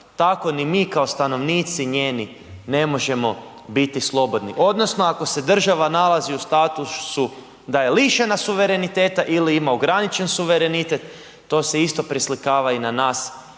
tako ni mi kao stanovnici njeni ne možemo biti slobodni. Odnosno ako se država nalazi u statusu da je lišena suvereniteta ili ima ograničen suverenitet to se isto preslikava i na nas